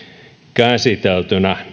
käsiteltyinä